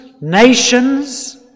nations